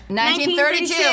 1932